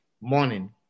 morning